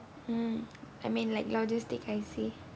mm I mean like logistic I_C